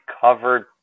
covered